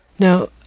Now